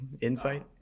Insight